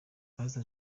pastor